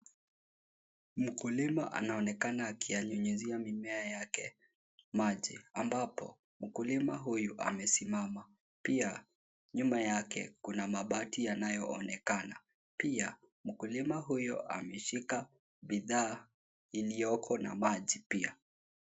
Mkulima anaonekana akiyanyunyizia mimea yake maji ambapo mkulima huyu amesimama. Pia nyuma yake, kuna mabati yanayoonekana. Pia mkulima huyo ameshika bidhaa iliyoko na maji pia.